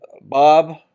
Bob